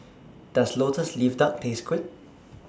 Does Lotus Leaf Duck Taste Good